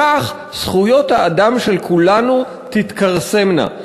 כך זכויות האדם של כולנו תתכרסמנה.